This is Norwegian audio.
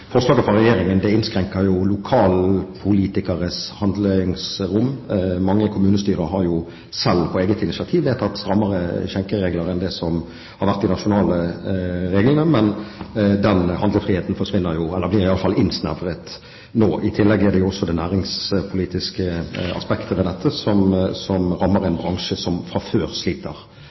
forslaget fra Regjeringen. Det innskrenker lokalpolitikernes handlingsrom. Mange kommunestyrer har på eget initiativ selv vedtatt strammere skjenkeregler enn det som har vært de nasjonale reglene, men den handlefriheten blir nå innsnevret. I tillegg er det også det næringspolitiske aspektet ved dette, det rammer en bransje som fra før sliter